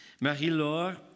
Marie-Laure